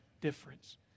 difference